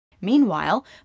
Meanwhile